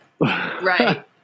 Right